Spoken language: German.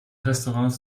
restaurants